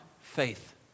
faith